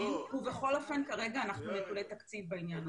ובכל אופן כרגע אנחנו נטולי תקציב בעניין הזה.